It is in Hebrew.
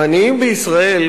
העניים בישראל,